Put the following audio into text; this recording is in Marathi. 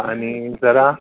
आणि जरा